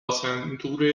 سنتور